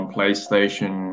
PlayStation